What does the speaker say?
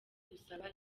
gusaba